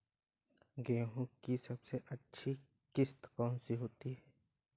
गेहूँ की सबसे अच्छी किश्त कौन सी होती है?